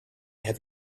have